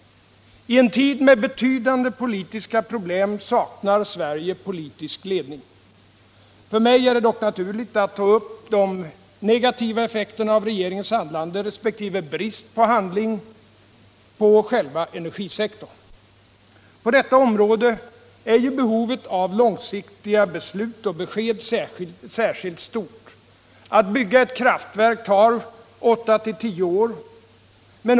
I en tid med betydande politiska problem saknar Sverige politisk ledning. För mig är det naturligt att ta upp de negativa effekterna av regeringens handlande, resp. brist på handlande, för själva energisektorn. På detta område är behovet av långsiktiga beslut och besked särskilt stort; att bygga ett kraftverk tar åtta-tio år.